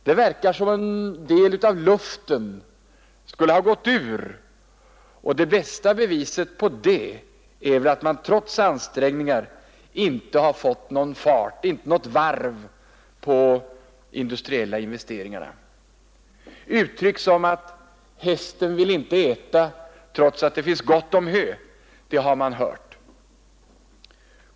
Det verkar som om en del av luften skulle ha gått ur näringslivet, och det bästa beviset på det är väl att man trots ansträngningar inte har fått någon fart, inte något varv på de industriella investeringarna. Uttryck som att ”hästen vill inte äta trots att det finns gott om hö” har man hört.